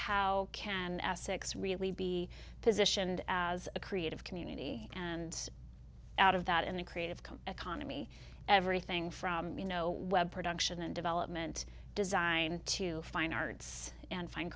how can essex really be positioned as a creative community and out of that and the creative come economy everything from you know web production and development design to fine arts and fin